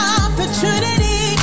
opportunity